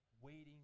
waiting